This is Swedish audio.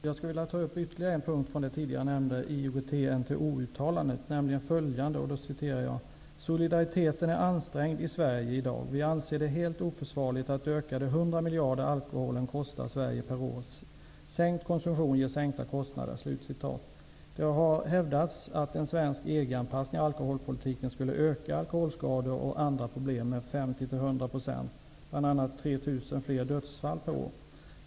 Fru talman! Jag vill ta upp ytterligare en punkt i det IOGT-NTO-uttalande som jag tidigare nämnde, nämligen följande: ''Solidariteten är ansträngd i Sverige idag. Vi anser det helt oförsvarligt att öka de 100 miljarder alkoholen kostar Sverige per år. Sänkt konsumtion ger sänkta kostnader.'' Det har hävdats att en svensk EG-anpassning av alkoholpolitiken skulle öka alkoholskador och andra problem med 50--100 %, bl.a. genom 3 000 fler dödsfall per år.